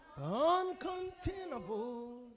uncontainable